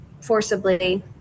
forcibly